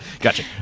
Gotcha